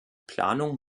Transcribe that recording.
planung